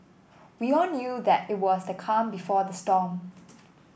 we all knew that it was the calm before the storm